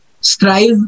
strive